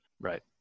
Right